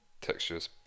textures